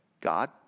God